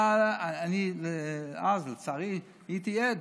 אני אז, לצערי, הייתי עד,